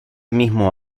mismo